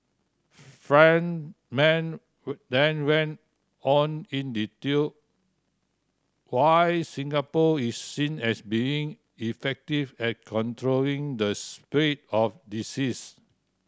Friedman then went on in detail why Singapore is seen as being effective at controlling the spread of diseases